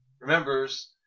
remembers